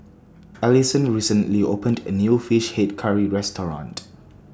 Allyson recently opened A New Fish Head Curry Restaurant